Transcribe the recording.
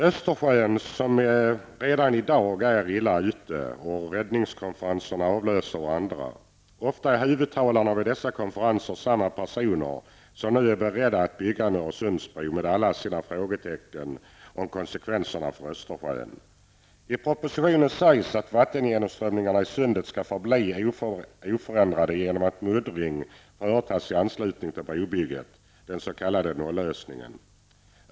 Östersjön är redan i dag illa ute och räddningskonferenserna avlöser varandra. Ofta är huvudtalarna vid dessa konferenser samma personer som nu är beredda att bygga en Öresundsbro, med alla de frågetecken det innebär om konsekvenser för Östersjön. I propositionen sägs att vattengenomströmningen i sundet skall förbli oförändrad genom att muddring företas i anslutning till brobygget, den s.k. nolllösningen.